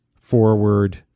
forward